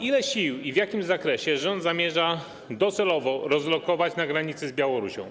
Ile sił i w jakim zakresie rząd zamierza docelowo rozlokować na granicy z Białorusią?